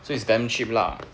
so it's damn cheap lah